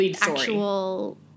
actual